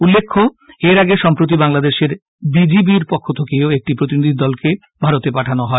উল্লেখ্য এর আগে সম্প্রতি বাংলাদেশের বি জি বি র পক্ষ থেকে একটি প্রতিনিধিদলকে ভারতে পাঠানো হয়